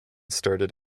started